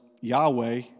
Yahweh